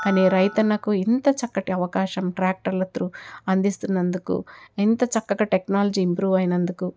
కానీ రైతన్నకు ఇంత చక్కటి అవకాశం ట్రాక్టర్ల త్రు అందిస్తున్నందుకు ఇంత చక్కగా టెక్నాలజీ ఇంప్రూవ్ అయినందుకు